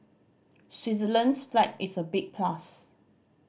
Switzerland's flag is a big plus